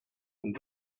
and